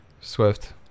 swift